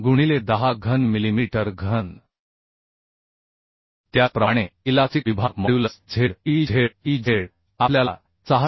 गुणिले 10 घन मिलीमीटर घन त्याचप्रमाणे इलास्टिक विभाग modulus Z e Z e Z आपल्याला 607